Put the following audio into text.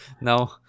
no